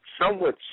Somewhat